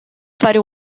fare